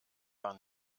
war